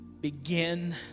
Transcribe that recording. begin